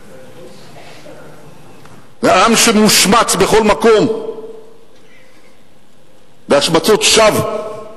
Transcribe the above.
עם שמושמץ בכל מקום בהשמצות שווא.